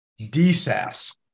DSAS